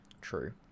true